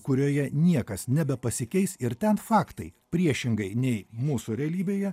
kurioje niekas nebepasikeis ir ten faktai priešingai nei mūsų realybėje